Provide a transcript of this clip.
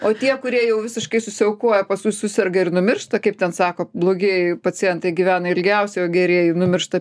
o tie kurie jau visiškai susiaukoja paskui suserga ir numiršta kaip ten sako blogi pacientai gyvena ilgiausiai o gerieji numiršta